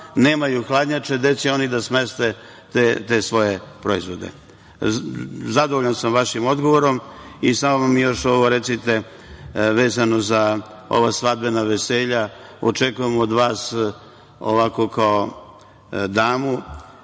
Nemaju hladnjače, gde će oni da smeste te svoje proizvode? Zadovoljan sam vašim odgovorom. Samo mi još ovo recite, vezano za ova svadbena veselja. Očekujem od vas, ovako kao od